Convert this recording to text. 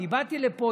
אני באתי לפה,